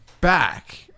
back